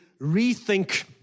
rethink